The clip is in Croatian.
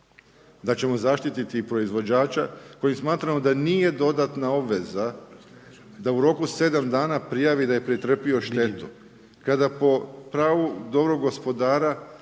sedam dana prijavi štetu koji smatramo da nije dodatna obveza da u roku 7 dana prijavi da je pretrpio štetu. Kada po pravu dobrog gospodara